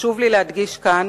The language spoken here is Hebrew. חשוב לי להדגיש כאן